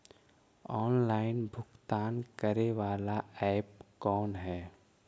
Online भुगतान करे बाला ऐप कौन है?